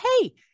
hey